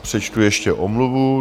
Přečtu ještě omluvu.